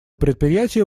предприятие